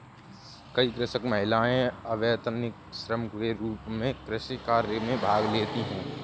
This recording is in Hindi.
कई कृषक महिलाएं अवैतनिक श्रम के रूप में कृषि कार्य में भाग लेती हैं